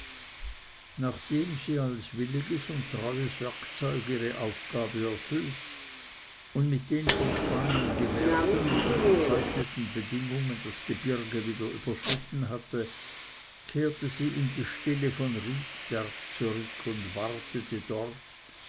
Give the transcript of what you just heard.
nachdem sie als williges und treues werkzeug ihre aufgabe erfüllt und mit den von spanien gewährten und unterzeichneten bedingungen das gebirge wieder überschritten hatte kehrte sie in die stille von riedberg zurück und wartete dort